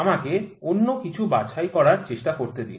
আমাকে অন্য কিছু বাছাই করার চেষ্টা করতে দিন